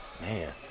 man